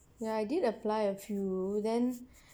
ya I did apply a few then